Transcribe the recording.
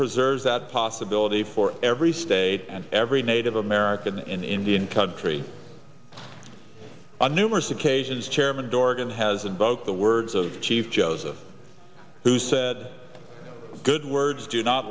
preserves that possibility for every state and every native american in indian country on numerous occasions chairman dorgan has invoked the words of chief joseph who said good words do not